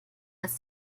als